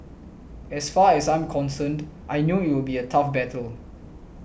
as far as I'm concerned I know it will be a tough battle